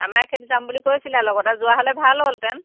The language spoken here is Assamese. আমাৰ এখেত যাম বুলি কৈছিলে লগতে যোৱা হ'লে ভাল হ'লহেতেন